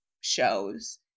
shows